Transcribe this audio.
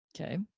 Okay